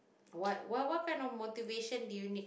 what what what kind of motivation did you need